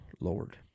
Lord